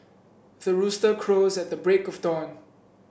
the rooster crows at the break of dawn